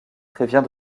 prévient